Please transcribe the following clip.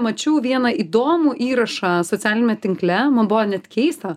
mačiau vieną įdomų įrašą socialiniame tinkle man buvo net keista